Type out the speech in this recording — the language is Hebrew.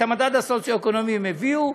את המדד הסוציו-אקונומי הם הביאו,